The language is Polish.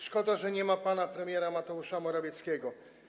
Szkoda, że nie ma pana premiera Mateusza Morawieckiego.